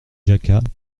jacquat